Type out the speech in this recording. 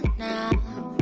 now